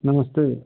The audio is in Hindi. नमस्ते